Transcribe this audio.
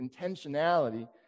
intentionality